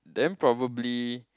then probably